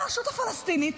הרשות הפלסטינית,